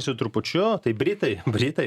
su trupučiu tai britai britai